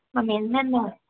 ma'am என்னென்ன